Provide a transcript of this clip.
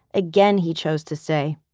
again he chose to stay.